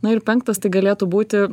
na ir penktas tai galėtų būti